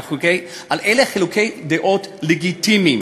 אך אלה חילוקי דעות לגיטימיים.